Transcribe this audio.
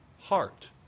heart